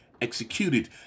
executed